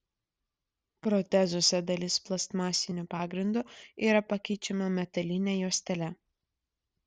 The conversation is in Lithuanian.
protezuose dalis plastmasinio pagrindo yra pakeičiama metaline juostele